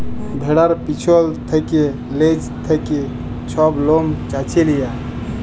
ভেড়ার পিছল থ্যাকে লেজ থ্যাকে ছব লম চাঁছে লিয়া